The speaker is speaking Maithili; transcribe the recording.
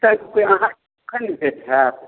कखन भेट होयब